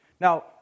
Now